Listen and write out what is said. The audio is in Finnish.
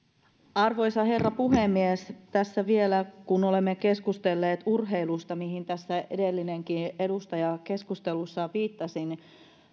arvoisa herra puhemies kun olemme keskustelleet urheilusta mihin tässä edellinenkin edustaja keskustelussaan viittasi